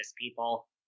people